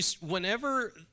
whenever